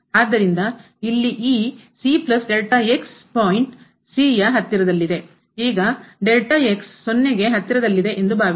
ಆದ್ದರಿಂದ ಇಲ್ಲಿ ಈ ಪಾಯಿಂಟ್ ಬಿಂದುವು c ಯ ಹತ್ತಿರದಲ್ಲಿದೆ ಈ ಗೆ ಹತ್ತಿರದಲ್ಲಿದೆ ಎಂದು ಭಾವಿಸಿ